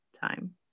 time